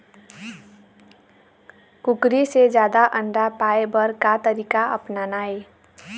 कुकरी से जादा अंडा पाय बर का तरीका अपनाना ये?